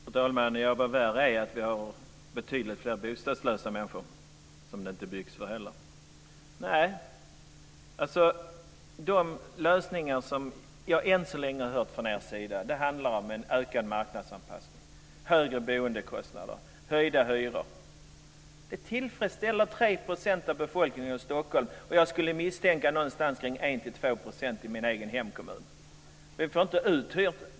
Fru talman! Ja, och vad värre är: Vi har betydligt fler bostadslösa människor som det inte heller byggs för. Nej, de lösningar som jag än så länge hört från er sida handlar om en ökad marknadsanpassning, om högre boendekostnader och höjda hyror. Detta tillfredsställer 3 % av befolkningen i Stockholm och, misstänker jag, runt 1-2 % i min hemkommun.